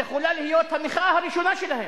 יכולה להיות המחאה הראשונה שלהם.